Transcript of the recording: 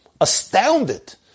astounded